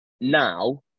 now